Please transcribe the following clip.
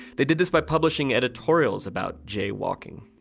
they did this by publishing editorials about jaywalking